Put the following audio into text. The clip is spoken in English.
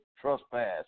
trespass